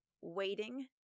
waiting